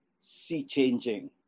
sea-changing